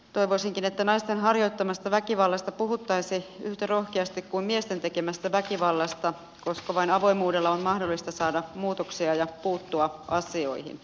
toivoisinkin että naisten harjoittamasta väkivallasta puhuttaisiin yhtä rohkeasti kuin miesten tekemästä väkivallasta koska vain avoimuudella on mahdollista saada aikaan muutoksia ja puuttua asioihin